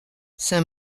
saint